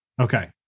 Okay